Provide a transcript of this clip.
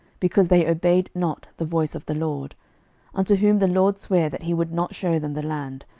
because they obeyed not the voice of the lord unto whom the lord sware that he would not shew them the land,